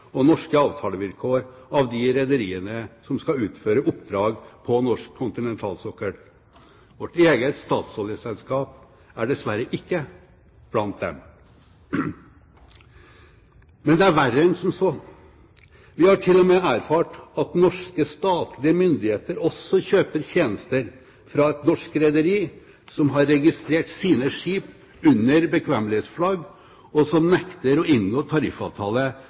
og norske avtalevilkår av de rederiene som skal utføre oppdrag på norsk kontinentalsokkel. Vårt eget statsoljeselskap er dessverre ikke blant dem. Men det er verre enn som så. Vi har til og med erfart at norske statlige myndigheter også kjøper tjenester fra et norsk rederi som har registrert sine skip under bekvemmelighetsflagg, og som nekter å inngå tariffavtale